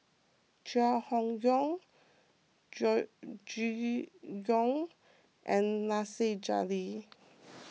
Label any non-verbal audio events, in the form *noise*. Chai Hon Yoong *unintelligible* Yong and Nasir Jalil